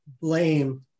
blame